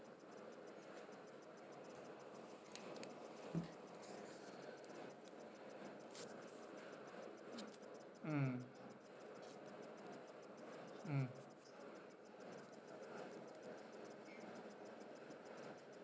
mm mm